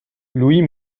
louis